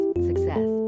success